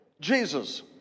Jesus